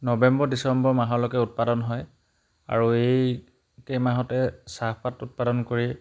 November December মাহলৈকে উৎপাদন হয় আৰু এইকেইমাহতে চাহপাত উৎপাদন কৰি